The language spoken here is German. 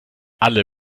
alle